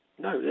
No